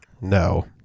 no